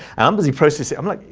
i'm busy processing. i'm like,